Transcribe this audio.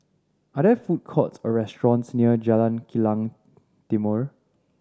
are there food courts or restaurants near Jalan Kilang Timor